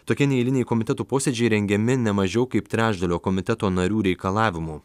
tokie neeiliniai komitetų posėdžiai rengiami ne mažiau kaip trečdalio komiteto narių reikalavimu